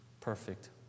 perfect